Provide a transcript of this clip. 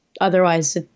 otherwise